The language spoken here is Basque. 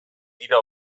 dira